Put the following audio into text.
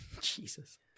jesus